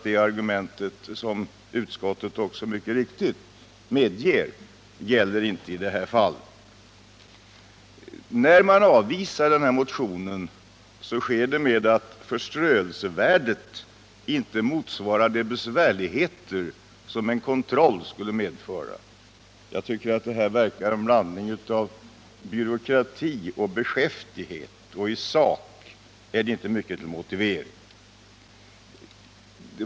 Det argumentet gäller alltså inte i det här fallet, vilket utskottet mycket riktigt medger. När man avvisar den här motionen sker det med hänvisning till att förströelsevärdet inte motsvarar de besvärligheter som en kontroll skulle medföra. Jag tycker att det verkar vara en blandning av byråkrati och beskäftighet. I sak är det inte mycket till motivering.